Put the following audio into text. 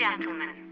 Gentlemen